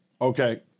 Okay